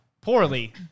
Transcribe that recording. poorly